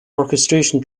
orchestration